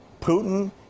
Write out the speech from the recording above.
Putin